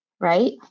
Right